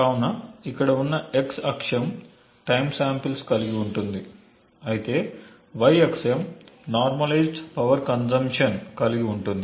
కావున ఇక్కడ ఉన్న X అక్షం టైమ్ సాంపిల్స్ కలిగి ఉంటుంది అయితే Y అక్షం నార్మలైజెడ్ పవర్ కన్స్యూమ్ప్షన్ కలిగి ఉంటుంది